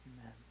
amen